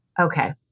Okay